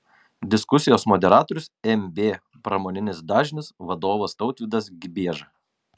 diskusijos moderatorius mb pramoninis dažnis vadovas tautvydas gibieža